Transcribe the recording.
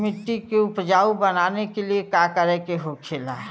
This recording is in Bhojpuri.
मिट्टी के उपजाऊ बनाने के लिए का करके होखेला?